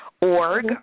org